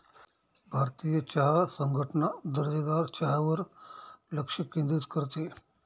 भारतीय चहा संघटना दर्जेदार चहावर लक्ष केंद्रित करते